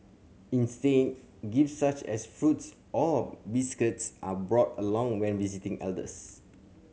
instead gifts such as fruits or biscuits are brought along when visiting elders